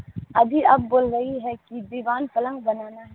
ا بھی آپ بول رہی ہے کہ دیوان پلنگ بنانا ہے